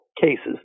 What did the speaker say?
cases